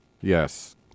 yes